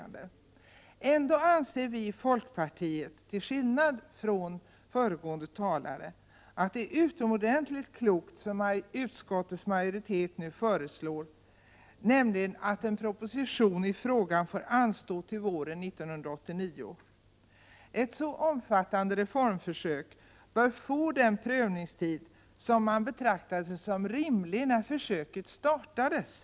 Ändå anser vi i folkpartiet, till skillnad från föregående talare, som ju företräder socialdemokraterna, att utskottsmajoritetens förslag är utomordentligt klokt, nämligen att en proposition i frågan får anstå till våren 1989. Ett så omfattande reformförsök bör få den prövningstid som man betraktade = Prot. 1987/88:32 som rimlig när man startade med försöket.